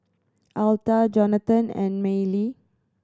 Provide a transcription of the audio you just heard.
Altha Johnathan and Mellie